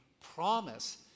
promise